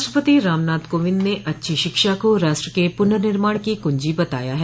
राष्ट्रपति रामनाथ कोविन्द ने अच्छी शिक्षा को राष्ट्र के पुनर्निर्माण की कुंजी बताया है